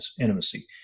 intimacy